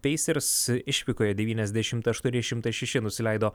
peisers išvykoje devyniasdešimt aštuoni šimtas šeši nusileido